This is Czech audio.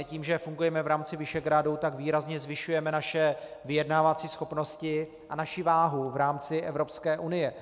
Tím, že fungujeme v rámci Visegrádu, výrazně zvyšujeme naše vyjednávací schopnosti a naši váhu v rámci Evropské unie.